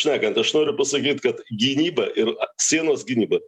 šnekant aš noriu pasakyt kad gynyba ir sienos gynyba